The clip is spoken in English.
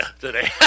today